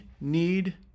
need